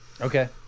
Okay